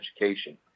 education